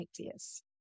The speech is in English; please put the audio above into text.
ideas